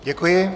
Děkuji.